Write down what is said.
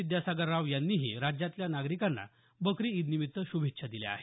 विद्यासागर राव यांनीही राज्यातल्या नागरिकांना बकरी ईदनिमित्त शुभेच्छा दिल्या आहेत